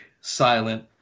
silent